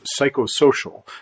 psychosocial